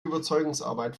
überzeugungsarbeit